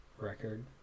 record